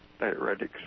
diuretics